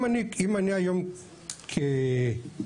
אם אני היום כיצרן,